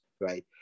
right